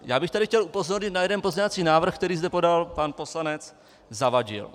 Já bych tady chtěl upozornit na jeden pozměňovací návrh, který zde podal pan poslanec Zavadil.